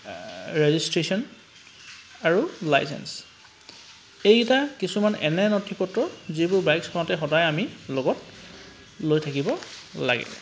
registration আৰু licence এইকেইটা কিছুমান এনে নথি পত্ৰ যিবোৰ বাইক চলাওঁতে সদায় আমি লগত লৈ থাকিব লাগে